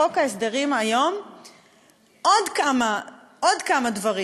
בחוק ההסדרים היום עוד כמה דברים,